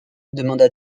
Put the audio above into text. demanda